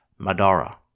Madara